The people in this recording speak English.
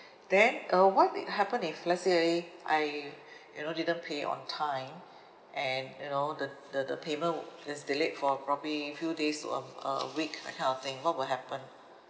then uh what happen if let's say I you know didn't pay on time and you know the the the payment wi~ that's delayed for probably few days to a a week that kind of thing what will happen